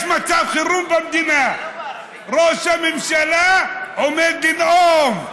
יש מצב חירום במדינה, ראש הממשלה עומד לנאום.